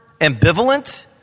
ambivalent